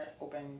open